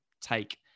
take